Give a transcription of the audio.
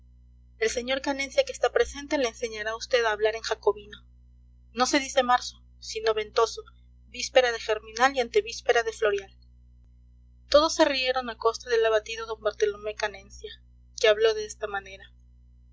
el sr canencia que está presente le enseñará a vd a hablar en jacobino no se dice marzo sino ventoso víspera de germinal y antevíspera de floreal todos se rieron a costa del abatido d bartolomé canencia que habló de esta manera